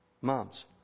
Moms